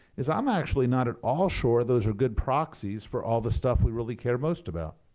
is i'm actually not at all sure those are good proxies for all the stuff we really care most about.